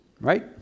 Right